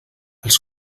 als